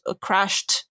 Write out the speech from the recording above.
crashed